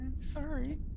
sorry